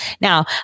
Now